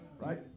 Right